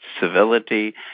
civility